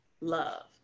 love